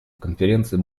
конференция